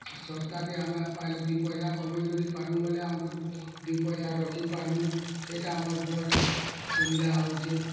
ଶସ୍ତା କେ ଆମେ ପାଇଲେ ଦୁଇ ପଇସା କମେଇ ଯଦି ପାର୍ମୁଁ ବୋଲେ ଆମ୍କୁ ଦୁଇ ପଇସା ରଖି ପାର୍ମୁଁ ସେଇଟା ଆମର ବଡ଼ ସୁବିଧା ହେଉଛି